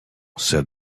said